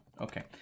Okay